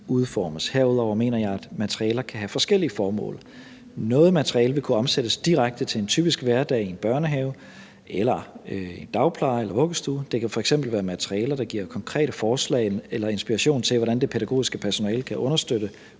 Herudover mener jeg, at materialer kan have forskellige formål. Noget materiale vil kunne omsættes direkte til en typisk hverdag i en børnehave eller en dagpleje eller en vuggestue – det kan f.eks. være materialer, der giver konkrete forslag eller inspiration til, hvordan det pædagogiske personale kan understøtte